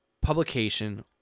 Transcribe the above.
publication